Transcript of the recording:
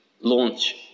launch